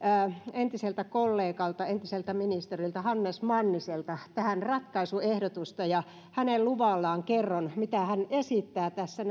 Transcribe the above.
entiseltä kollegalta entiseltä ministeriltä hannes manniselta tähän ratkaisuehdotusta ja hänen luvallaan kerron mitä hän tässä